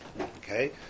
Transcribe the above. Okay